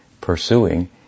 pursuing